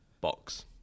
box